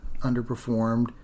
underperformed